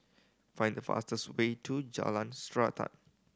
find the fastest way to Jalan Srantan